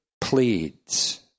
pleads